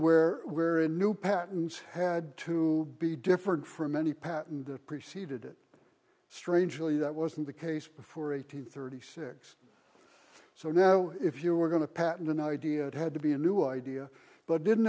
where where a new patents had to be differed from any patent that preceded it strangely that wasn't the case before eight hundred thirty six so now if you were going to patent an idea it had to be a new idea but didn't